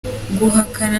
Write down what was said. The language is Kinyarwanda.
guhakana